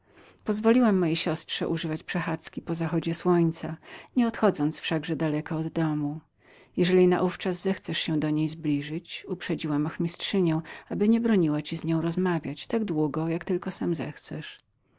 pozwoliłam mojej siostrze używać przechadzki po zachodzie słońca nie odchodząc wszakże daleko od domu jeżeli naówczas zechcesz się do niej zbliżyć uprzedziłam ochmistrzynię aby niebroniła ci z nią rozmawiać tak długo jak tylko sam zechcesz